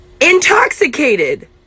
intoxicated